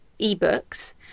ebooks